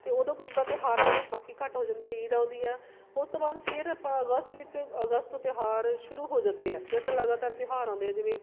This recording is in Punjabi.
ਅਤੇ ਉਦੋਂ ਉਦਾਂ ਤਿਉਹਾਰ ਥੋੜ੍ਹੇ ਬਾਕੀ ਘੱਟ ਹੋ ਜਾਂਦੇ ਈਦ ਆਉਂਦੀ ਆ ਉਸ ਤੋਂ ਬਾਅਦ ਫਿਰ ਆਪਾਂ ਅਗਸਤ ਵਿੱਚ ਅਗਸਤ ਤਿਉਹਾਰ ਸ਼ੁਰੂ ਹੋ ਜਾਂਦੇ ਆ ਫਿਰ ਤਾਂ ਲਗਾਤਾਰ ਤਿਉਹਾਰ ਆਉਂਦੇ ਆ ਜਿਵੇਂ